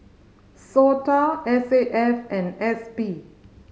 SOTA S A F and S P